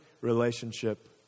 relationship